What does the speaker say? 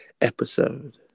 Episode